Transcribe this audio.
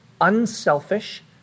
unselfish